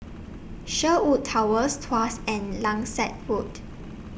Sherwood Towers Tuas and Langsat Road